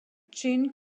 jin